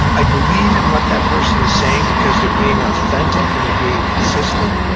i believe in what that person is saying, because they're being authentic, and they're being consistent.